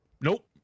nope